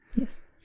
yes